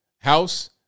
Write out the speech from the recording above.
house